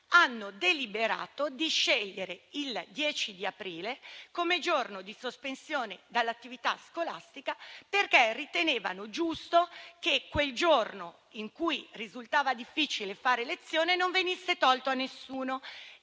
hanno deliberato di scegliere il 10 aprile come giorno di sospensione dall'attività scolastica, perché ritenevano giusto che quel giorno, in cui risultava difficile fare lezione, non venisse tolto a nessuno,